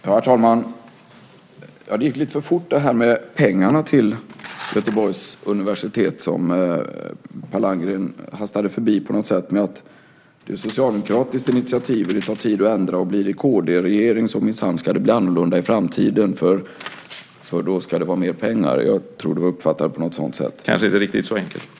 Herr talman! Det gick lite för fort med pengarna till Göteborgs universitet. Per Landgren hastade förbi det genom att säga att det är ett socialdemokratiskt initiativ och att det tar tid att ändra. Och om det blir en kd-regering ska det minsann blir annorlunda i framtiden eftersom det då blir mer pengar. Jag tror att det var så det uppfattades. : Det kanske inte är riktigt så enkelt.)